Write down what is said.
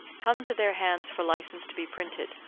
come to their hands for licence to be printed,